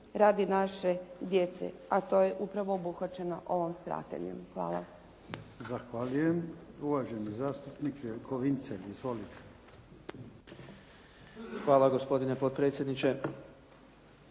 radi naše djece, a to je upravo obuhvaćeno ovom strategijom. Hvala.